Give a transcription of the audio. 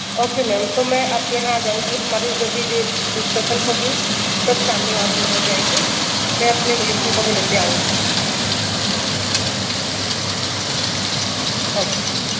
okay ma'am तो मैं आपके यहाँ आ जाऊँगी हमारी जो भी डेट डिस्कसन होगी सब सामने वहाँ पर हो जाएगी मैं अपने म्यूजिसन को भी लेती आऊँगी ओके